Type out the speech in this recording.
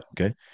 Okay